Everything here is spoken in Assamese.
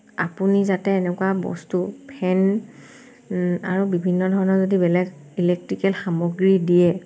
আপুনি যাতে এনেকুৱা বস্তু ফেন আৰু বিভিন্ন ধৰণৰ যদি বেলেগ ইলেক্ট্ৰিকেল সামগ্ৰী দিয়ে